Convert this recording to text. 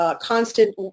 constant